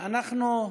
את הדיון הזה בוועדה.